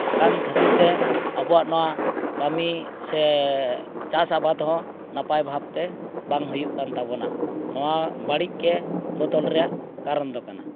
ᱠᱟᱱ ᱠᱷᱟᱹᱛᱤᱨ ᱛᱮ ᱟᱵᱚᱣᱟᱜ ᱱᱚᱣᱟ ᱠᱟᱹᱢᱤ ᱥᱮ ᱪᱟᱥ ᱟᱵᱟᱫ ᱦᱚᱸ ᱱᱟᱯᱟᱭ ᱵᱷᱟᱵᱽᱛᱮ ᱵᱟᱝ ᱦᱩᱭᱩᱜ ᱠᱟᱱ ᱛᱟᱵᱚᱱᱟ ᱱᱚᱣᱟ ᱵᱟᱹᱲᱤᱡ ᱜᱮ ᱵᱚᱫᱚᱞ ᱨᱮᱭᱟᱜ ᱠᱟᱨᱚᱱ ᱫᱚ ᱠᱟᱱᱟ